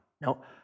No